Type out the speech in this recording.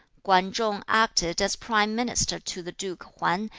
kwan chung acted as prime minister to the duke hwan,